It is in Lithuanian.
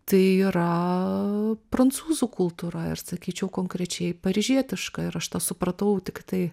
tai yra prancūzų kultūra ir sakyčiau konkrečiai paryžietiška ir aš tą supratau tiktai